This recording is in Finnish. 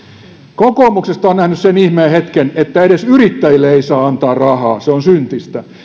kokoomuksesta olen nähnyt sen ihmeen hetken että edes yrittäjille ei saa antaa rahaa se on syntistä